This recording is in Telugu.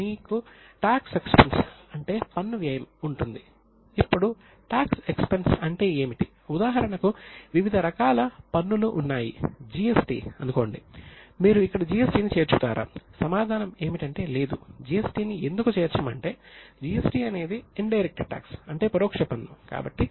మీకు టాక్స్ ఎక్స్పెన్స్ అంటే పరోక్ష పన్ను కాబట్టి